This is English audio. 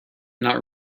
not